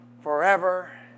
Forever